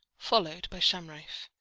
followed by shamraeff.